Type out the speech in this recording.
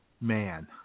Man